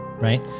Right